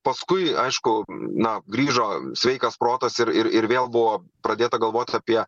paskui aišku na grįžo sveikas protas ir ir ir vėl buvo pradėta galvot apie